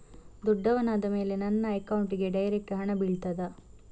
ದೊಡ್ಡವನಾದ ಮೇಲೆ ನನ್ನ ಅಕೌಂಟ್ಗೆ ಡೈರೆಕ್ಟ್ ಹಣ ಬೀಳ್ತದಾ?